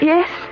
Yes